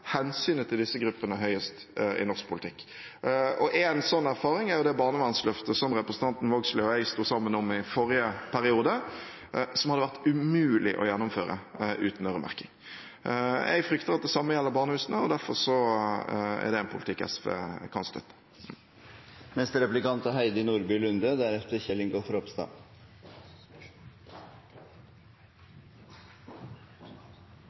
hensynet til disse gruppene mest i norsk politikk. En slik erfaring er det barnevernsløftet som representanten Vågslid og jeg sto sammen om i forrige periode, som hadde vært umulig å gjennomføre uten øremerking. Jeg frykter at det samme gjelder barnehusene, og derfor er det en politikk SV kan støtte. Dette er